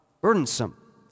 Burdensome